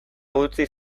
utzi